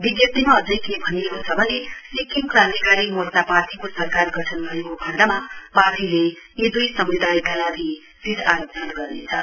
विजप्तिमा अझै के भनिएको छ भने सिक्किम क्रान्तिकारी मोर्चा पार्टीको सरकार गठन भएको खण्डमा पार्टीले दुई समुदायका लागि सीट आरक्षण गर्नेछौ